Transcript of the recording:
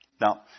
Now